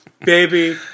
Baby